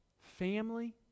Family